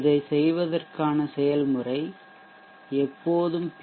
இதைச் செய்வதற்கான செயல்முறை எப்போதும் பி